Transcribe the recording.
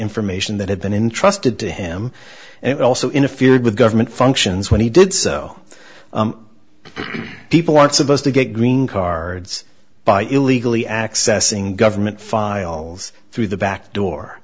information that had been entrusted to him and also in a feud with government functions when he did so people aren't supposed to get green cards by illegally accessing government files through the backdoor